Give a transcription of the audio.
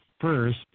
first